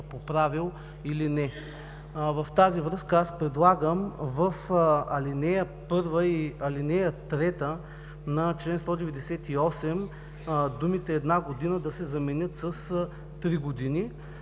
поправил, или не. В тази връзка аз предлагам в ал. 1 и ал. 3 на ч. 198 думите „една година“ да се заменят с „три години“.